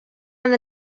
oma